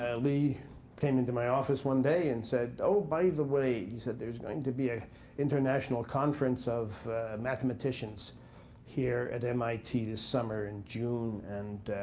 lee came into my office one day and said, oh, by the way, he said, there's going to be an ah international conference of mathematicians here at mit this summer in june. and